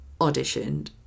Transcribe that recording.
auditioned